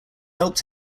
helped